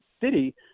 city